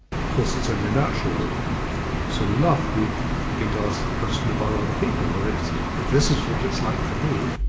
of course it's only natural that soon enough we begin to ask the question about other people. well if this is what it's like for me,